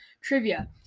Trivia